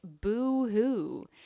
boo-hoo